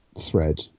thread